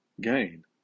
gain